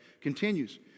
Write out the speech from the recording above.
continues